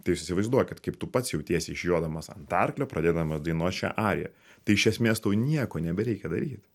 tai jūs įsivaizduokit kaip tu pats jautiesi išjodamas ant arklio pradėdamas dainuot šią ariją tai iš esmės tau nieko nebereikia daryt